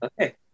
Okay